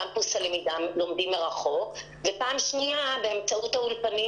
קמפוס הלמידה "לומדים מרחוק"; ופעם שנייה באמצעות האולפנים